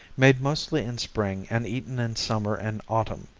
made mostly in spring and eaten in summer and autumn.